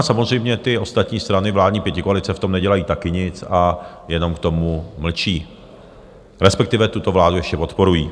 Samozřejmě, ostatní strany vládní pětikoalice v tom nedělají taky nic a jenom k tomu mlčí, respektive tuto vládu ještě podporují.